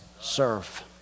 serve